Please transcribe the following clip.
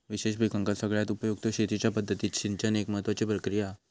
विशेष पिकांका सगळ्यात उपयुक्त शेतीच्या पद्धतीत सिंचन एक महत्त्वाची प्रक्रिया हा